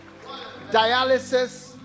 dialysis